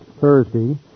Thursday